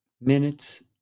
minutes